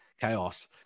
chaos